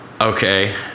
okay